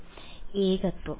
വിദ്യാർത്ഥി ഏകത്വം